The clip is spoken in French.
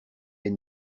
est